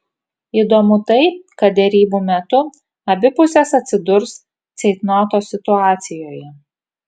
įdomu tai kad derybų metu abi pusės atsidurs ceitnoto situacijoje